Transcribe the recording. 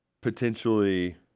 potentially